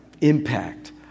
impact